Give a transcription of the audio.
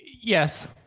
Yes